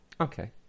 Okay